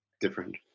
different